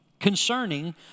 concerning